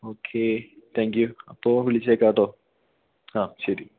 okay thank you അപ്പോൾ വിളിച്ചേക്കാട്ടോ ആ ശരി